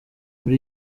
muri